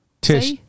Tish